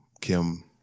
Kim